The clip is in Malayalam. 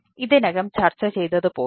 ഇതിനകം ചർച്ച ചെയ്തതുപോലെ